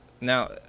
Now